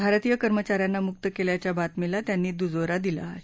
भारतीय कर्मचाऱ्यांना मुक्त केल्याच्या बातमीला त्यांनी दुजोरा दिला आहे